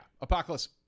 Apocalypse